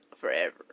forever